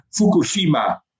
Fukushima